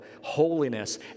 holiness